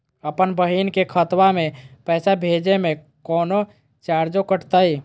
अपन बहिन के खतवा में पैसा भेजे में कौनो चार्जो कटतई?